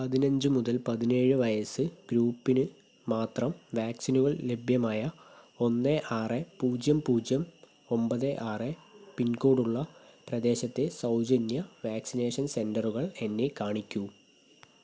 പതിനഞ്ച് മുതൽ പതിനേഴ് വയസ്സ് ഗ്രൂപ്പിന് മാത്രം വാക്സിനുകൾ ലഭ്യമായ ഒന്നെ ആറ് പൂജ്യം പൂജ്യം ഒമ്പത് ആറ് പിൻകോഡുള്ള പ്രദേശത്തെ സൗജന്യ വാക്സിനേഷൻ സെന്ററുകൾ എന്നെ കാണിക്കൂ